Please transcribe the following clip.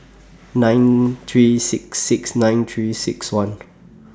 nine three six six nine three six one